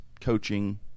coaching